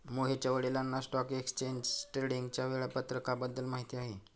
मोहितच्या वडिलांना stock exchange ट्रेडिंगच्या वेळापत्रकाबद्दल माहिती आहे